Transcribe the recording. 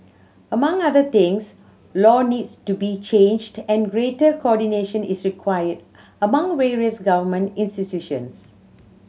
among other things law needs to be changed and greater coordination is required among various government institutions